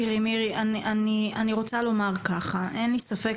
אין לי ספק.